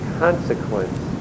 consequence